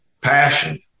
passion